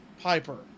Piper